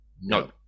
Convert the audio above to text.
No